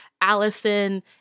Allison